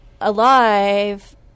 alive